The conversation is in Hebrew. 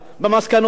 היה לנו ויכוח,